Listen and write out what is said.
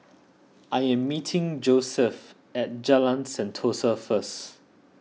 I am meeting Joesph at Jalan Sentosa first